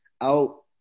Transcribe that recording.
out